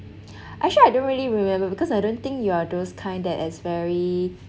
actually I don't really remember because I don't think you are those kind that is very